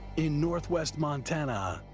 in northwest montana,